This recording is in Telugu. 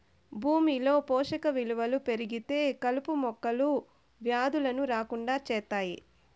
భూమిలో పోషక విలువలు పెరిగితే కలుపు మొక్కలు, వ్యాధులను రాకుండా చేత్తాయి